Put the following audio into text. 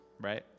right